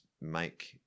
make